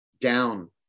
down